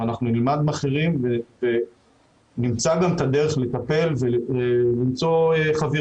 אנחנו נלמד מאחרים ונמצא את הדרך לטפל ולחבור עם